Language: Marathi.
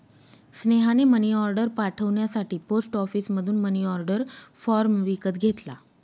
स्नेहाने मनीऑर्डर पाठवण्यासाठी पोस्ट ऑफिसमधून मनीऑर्डर फॉर्म विकत घेतला